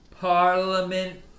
Parliament